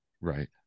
Right